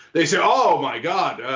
they say ah my god,